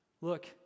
Look